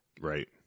Right